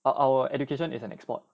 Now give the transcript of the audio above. our education is an export